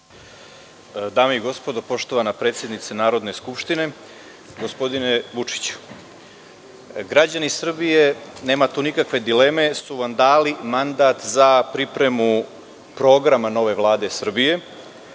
Dame i gospodo, poštovana predsednice Narodne skupštine, gospodine Vučiću, građani Srbije, nema tu nikakve dileme, su vam dali mandat za pripremu programa nove Vlade Srbije,